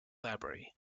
library